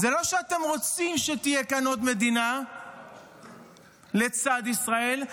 זה לא שאתם רוצים שתהיה כאן עוד מדינה לצד ישראל,